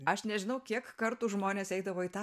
aš nežinau kiek kartų žmonės eidavo į tą